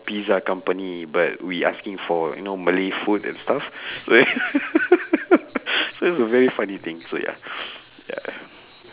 pizza company but we asking for you know malay food and stuff so it's a very funny thing so ya ya